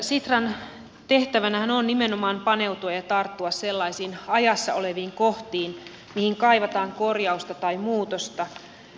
sitran tehtävänähän on nimenomaan paneutua ja tarttua sellaisiin ajassa oleviin kohtiin mihin kaivataan korjausta tai muutosta